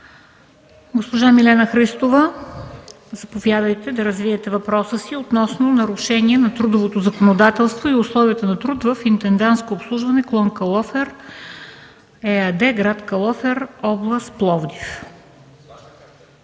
Госпожо Христова, заповядайте да развиете въпроса си относно нарушения на трудовото законодателство и условията на труд в „Интендантско обслужване – клон Калофер” ЕАД, град Калофер, област Пловдив.